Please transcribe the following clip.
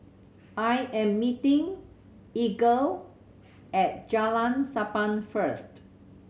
I am meeting Edgar at Jalan Sappan first